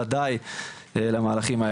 ולדבר על הפרספקטיבה של סטודנטיות וסטודנטים לעבודה